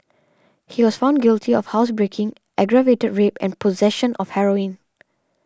he was found guilty of housebreaking aggravated rape and possession of heroin